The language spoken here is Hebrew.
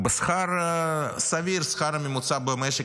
בשכר סביר, בשכר הממוצע במשק.